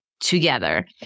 together